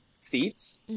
seats